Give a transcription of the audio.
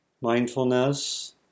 mindfulness